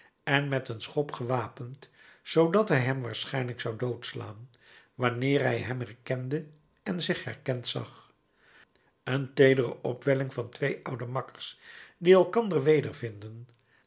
en met een schop gewapend zoodat hij hem waarschijnlijk zou doodslaan wanneer hij hem herkende en zich herkend zag een teedere opwelling van twee oude makkers die